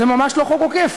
זה ממש לא חוק עוקף.